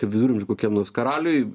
kaip viduramžių kokiam nors karaliui